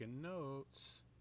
notes